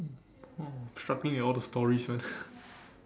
struggling with all the stories one